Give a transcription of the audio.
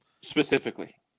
specifically